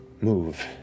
move